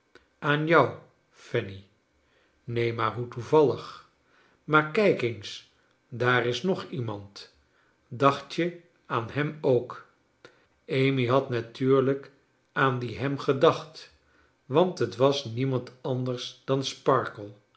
aan jou fanny neen maar hoe toevalligl maar kijk eens daar is nog iemand dacht je aan hem ook amy had natuurlijk aan dien hem gedacht want het was niemand anders dan sparkler